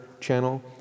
Channel